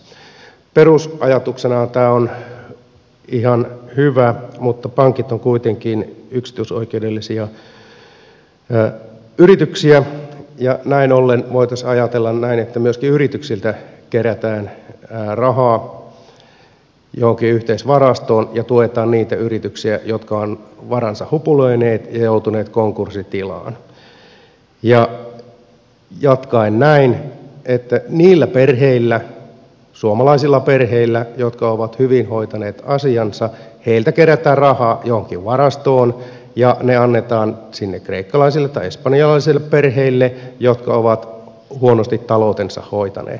perusajatuksenahan tämä on ihan hyvä mutta pankit ovat kuitenkin yksityisoikeudellisia yrityksiä ja näin ollen voitaisiin ajatella näin että myöskin yrityksiltä kerätään rahaa johonkin yhteisvarastoon ja tuetaan niitä yrityksiä jotka ovat varansa hupuloineet ja joutuneet konkurssitilaan ja jatkaen näin että niiltä perheiltä suomalaisilta perheiltä jotka ovat hyvin hoitaneet asiansa kerätään rahaa johonkin varastoon ja ne annetaan sinne kreikkalaisille tai espanjalaisille perheille jotka ovat huonosti taloutensa hoitaneet